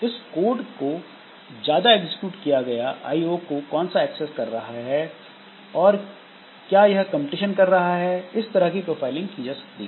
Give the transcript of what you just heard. किस कोड को ज्यादा एग्जीक्यूट किया गया आईओ को कौन ज्यादा एक्सेस कर रहा है और क्या यह कंपटीशन कर रहा है इस तरह की प्रोफाइलिंग की जा सकती है